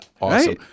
awesome